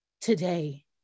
today